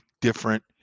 different